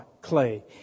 clay